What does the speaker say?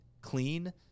clean